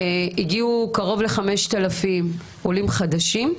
הגיעו קרוב ל-5,000 עולים חדשים,